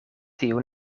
tiu